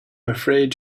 afraid